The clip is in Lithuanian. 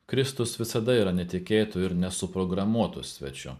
kristus visada yra netikėtu ir nesuprogramuotu svečiu